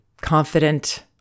confident